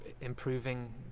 improving